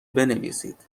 بنویسید